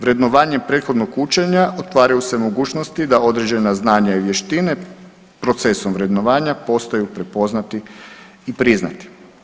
Vrednovanje prethodnog učenja otvaraju se mogućnosti da određena znanja i vještine procesom vrednovanja postaju prepoznati i priznati.